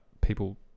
people